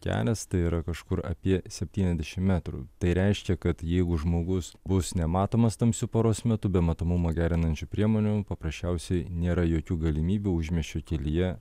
kelias tai yra kažkur apie septyniasdešimt metrų tai reiškia kad jeigu žmogus bus nematomas tamsiu paros metu be matomumą gerinančių priemonių paprasčiausiai nėra jokių galimybių užmiesčio kelyje